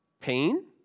Pain